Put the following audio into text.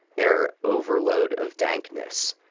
error, overload of dankness,